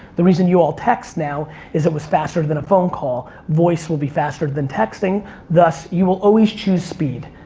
the reason you all text now is it was faster than a phone call. voice will be faster than texting, thus you will always choose speed.